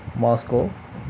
Moscow